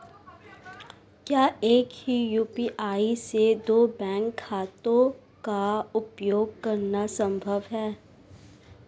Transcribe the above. क्या एक ही यू.पी.आई से दो बैंक खातों का उपयोग करना संभव है?